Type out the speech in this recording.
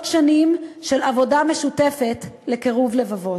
שנים של עבודה משותפת לקירוב לבבות.